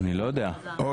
אני לא יודע --- טוב.